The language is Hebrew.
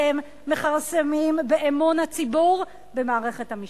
אתם מכרסמים באמון הציבור במערכת המשפט,